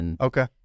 Okay